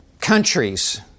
countries